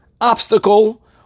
obstacle